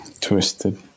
Twisted